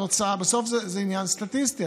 בסוף זה עניין סטטיסטי,